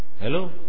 Hello